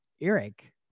Eric